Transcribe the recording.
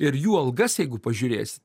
ir jų algas jeigu pažiūrėsit